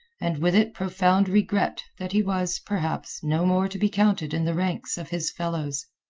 and with it profound regret that he was, perhaps, no more to be counted in the ranks of his fellows.